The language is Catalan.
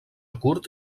curt